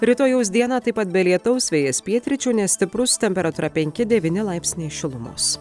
rytojaus dieną taip pat be lietaus vėjas pietryčių nestiprus temperatūra penki devyni laipsniai šilumos